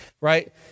right